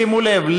שימו לב,